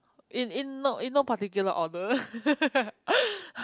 in in no in no particular order